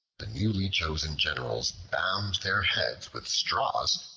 the newly chosen generals bound their heads with straws,